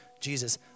Jesus